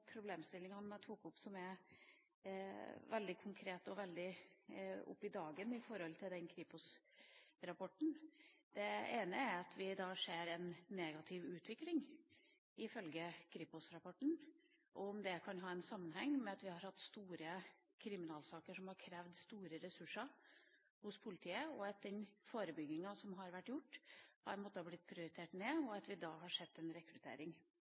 problemstillingene jeg tok opp som er veldig konkrete og veldig opp i dagen ut fra Kripos-rapporten. Det ene er at vi ifølge denne rapporten ser en negativ utvikling, og om det kan ha en sammenheng med at vi har hatt store kriminalsaker som har krevd store ressurser hos politiet, og at den forebygginga som har vært gjort, har måttet blitt prioritert ned, og at vi da har sett en rekruttering.